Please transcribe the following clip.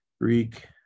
Greek